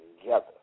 together